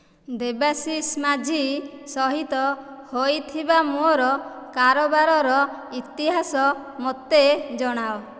ଦେବାଶିଷ ମାଝୀ ସହିତ ହୋଇଥିବା ମୋର କାରବାରର ଇତିହାସ ମୋତେ ଜଣାଅ